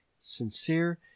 sincere